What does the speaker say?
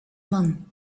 man